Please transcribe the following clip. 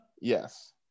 Yes